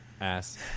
ass